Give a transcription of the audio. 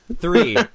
three